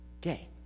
gay